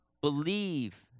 believe